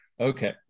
okay